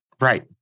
Right